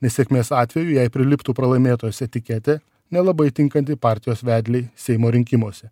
nesėkmės atveju jai priliptų pralaimėtojos etiketė nelabai tinkanti partijos vedlei seimo rinkimuose